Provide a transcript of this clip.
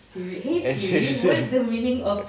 action sia